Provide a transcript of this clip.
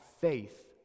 faith